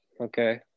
okay